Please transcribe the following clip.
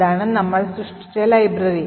അതാണ് നമ്മൾ സൃഷ്ടിച്ച ലൈബ്രറി